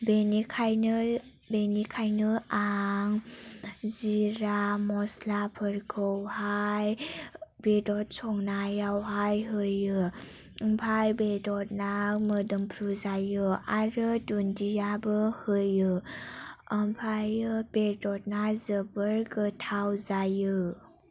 बेनिखायनो बेनिखायनो आं जिरा मस्लाफोरखौहाय बेदर संनायावहाय होयो ओमफ्राय बेदर आव मोदोमफ्रु जायो आरो दुनदियाबो होयो ओमफ्राय बेदर आ जोबोद गोथाव जायो